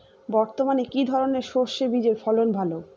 বর্তমানে কি ধরনের সরষে বীজের ফলন ভালো?